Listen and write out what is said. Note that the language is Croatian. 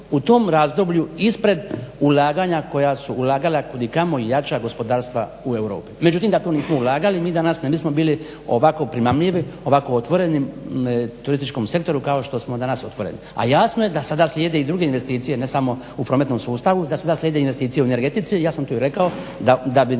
tom razdoblju ispred ulaganja koja su ulagala kudikamo jača gospodarstva u Europi. Međutim da tu nismo ulagali mi danas ne bismo bili ovako primamljivi, ovako otvoreni turističkom sektoru kao što smo danas otvoreni, a jasno je da sada slijede i druge investicije, ne samo u prometnom sustavu, da sada slijede investicije u energetici. Ja sam to i rekao da bi